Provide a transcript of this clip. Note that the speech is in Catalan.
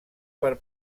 per